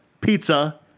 pizza